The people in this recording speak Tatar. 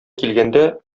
килгәндә